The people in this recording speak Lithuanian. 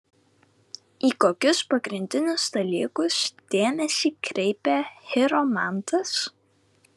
į kokius pagrindinius dalykus dėmesį kreipia chiromantas